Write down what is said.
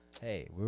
Hey